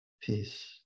peace